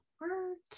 words